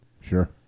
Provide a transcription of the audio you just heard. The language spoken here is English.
Sure